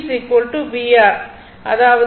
அதாவது i R L di dt